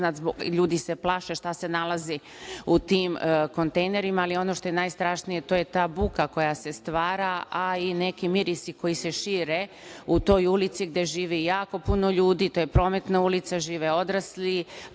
i ljudi se plaše šta se nalazi u tim kontejnerima. Ono što je najstrašnije, to je ta buka koja se stvara, a i neki mirisi koji se šire u toj ulici gde živi jako puno ljudi. To je prometna ulica, tu su odrasli